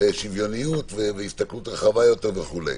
שוויונית והסתכלות רחבה יותר וכו'.